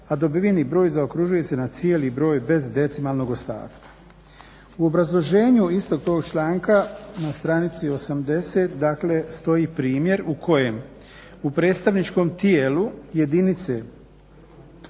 a dobiveni broj zaokružuje se cijeli broj bez decimalnog ostatka". U obrazloženju istog tog članka na stranici 80.stoji primjer u kojem u predstavničkom tijelu jedinice